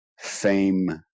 fame